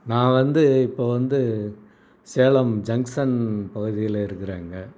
நான் வந்து இப்போ வந்து சேலம் ஜங்க்ஷன் பகுதியில் இருக்கிறேங்க